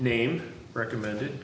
name recommended